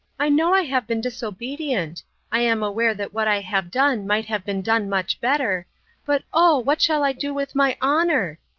i know i have been disobedient i am aware that what i have done might have been done much better but oh! what shall i do with my honor?